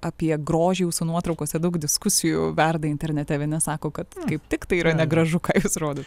apie grožį jūsų nuotraukose daug diskusijų verda internete vieni sako kad kaip tik tai yra negražu ką jūs rodot